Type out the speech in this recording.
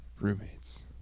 Roommates